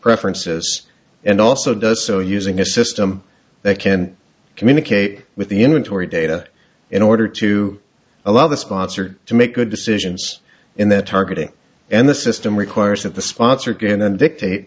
preferences and also does so using a system that can communicate with the inventory data in order to allow the sponsor to make good decisions in that targeting and the system requires that the sponsor get in and dictate